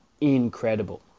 incredible